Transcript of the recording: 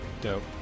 Dope